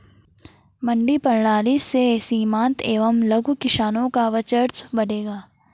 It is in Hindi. मंडी प्रणाली से सीमांत एवं लघु किसानों का वर्चस्व बढ़ेगा